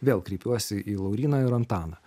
vėl kreipiuosi į lauryną ir antaną